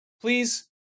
Please